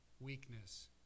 weakness